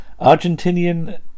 Argentinian